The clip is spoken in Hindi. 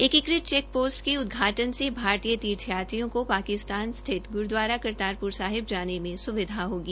एकीकृत चेक पोस्ट से उदघाटन से भारतीय तीर्थ यात्रियों को पाकिस्तान गुरू द्वारा करतारपुर साहिब जाने में सुविधा होगी